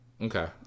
Okay